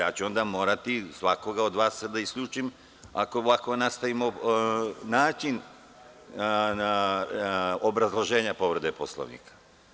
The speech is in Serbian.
Ja ću onda morati svakog od vas da isključim ako ovako nastavimo način obrazloženja povrede Poslovnika.